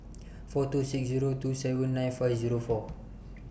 four two six two seven nine five Zero four